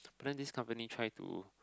then this company try to